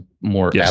more